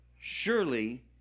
surely